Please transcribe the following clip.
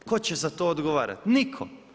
Tko će za to odgovarati, nitko.